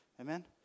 Amen